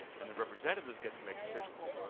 and the representatives get to make decisions.